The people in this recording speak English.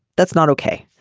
that's not okay.